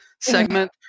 segment